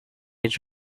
age